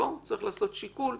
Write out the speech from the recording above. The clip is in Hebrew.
פה צריך לעשות שיקול.